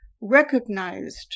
recognized